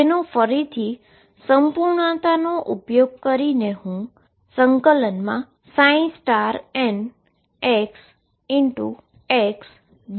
જેનો ફરીથી સંપૂર્ણતાનો ઉપયોગ કરીને હું ∫nxxdx તરીકે લખી શકું છું